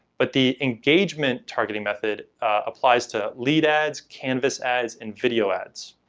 but the engagement targeting method applies to lead ads, canvas ads and video ads,